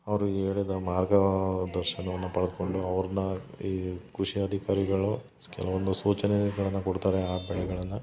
ಅವರು ಹೇಳಿದ ಮಾರ್ಗದರ್ಶನವನ್ನ ಪಡೆದ್ಕೊಂಡು ಅವ್ರ್ನ ಈ ಕೃಷಿ ಅಧಿಕಾರಿಗಳು ಕೆಲವೊಂದು ಸೂಚನೆಗಳನ್ನ ಕೊಡ್ತಾರೆ ಆ ಬೆಳೆಗಳನ್ನ